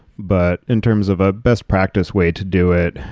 but in terms of a best practice way to do it,